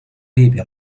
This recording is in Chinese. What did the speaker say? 列表